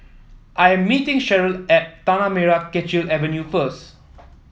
I am meeting Sheryll at Tanah Merah Kechil Avenue first